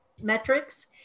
metrics